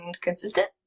consistent